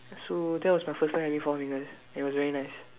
so that was my first time having four fingers and it was very nice